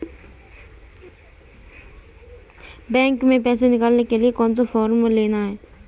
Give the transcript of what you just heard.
Bank में पैसा निकालने के लिए कौन सा फॉर्म लेना है?